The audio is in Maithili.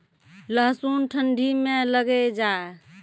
लहसुन ठंडी मे लगे जा?